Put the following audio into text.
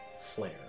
flare